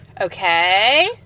Okay